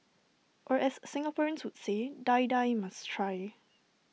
or as Singaporeans would say Die Die must try